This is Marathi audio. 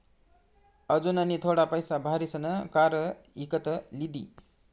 अनुजनी थोडा पैसा भारीसन कार इकत लिदी